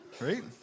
right